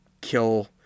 kill